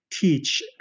teach